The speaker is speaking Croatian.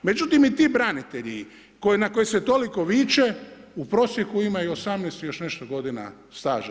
Međutim i ti branitelji, koji, na koje se toliko viče u prosjeku imaju 18 i još nešto godina staža.